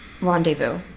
rendezvous